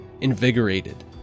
Invigorated